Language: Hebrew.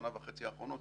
שנה וחצי האחרונות,